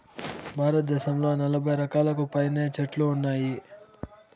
భారతదేశంలో నలబై రకాలకు పైనే చెట్లు ఉన్నాయి